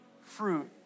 fruit